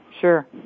sure